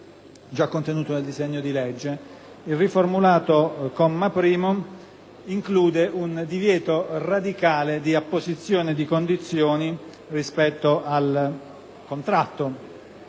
riformulato include un divieto radicale di apposizione di condizioni rispetto al contratto